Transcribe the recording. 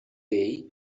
way